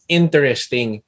interesting